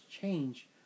change